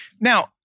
Now